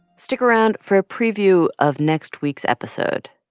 stick around for a preview of next week's episode.